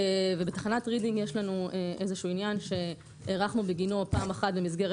ובתחנת רידינג יש לנו איזשהו עניין שהארכנו בגינו פעמיים,